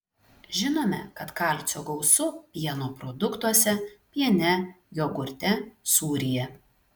žinome kad kalcio gausu pieno produktuose piene jogurte sūryje